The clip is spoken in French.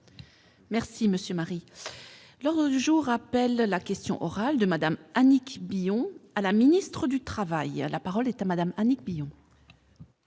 Merci monsieur Marie. L'ordre du jour appelle la question orale de Madame Annick à la ministre du Travail, la parole est à madame Annick millions.